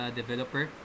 developer